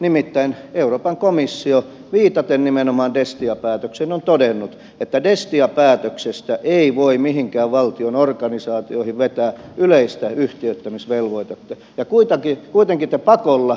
nimittäin euroopan komissio viitaten nimenomaan destia päätökseen on todennut että destia päätöksestä ei voi mihinkään valtion organisaatioihin vetää yleistä yhtiöittämisvelvoitetta ja kuitenkin te pakolla yritätte runnoa sen voimaan